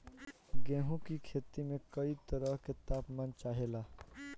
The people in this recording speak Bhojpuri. गेहू की खेती में कयी तरह के ताप मान चाहे ला